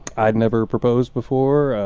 i'd never proposed before